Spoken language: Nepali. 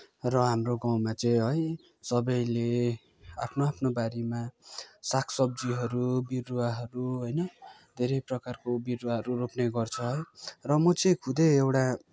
र हाम्रो गाउँमा चाहिँ है सबैले आफ्नो आफ्नो बारीमा साग सब्जीहरू बिरुवाहरू होइन धेरै प्रकारको बिरुवाहरू रोप्ने गर्छ है र म चाहिँ खुदै एउटा